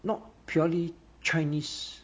not purely chinese